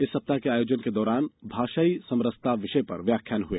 इस सप्ताह के आयोजन के दौरान भाषाई समरसता विषय पर व्याख्यान हुए